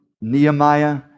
Nehemiah